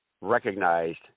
recognized